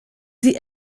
sie